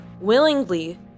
willingly